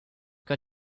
got